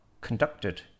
conducted